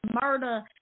murder